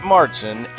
Martin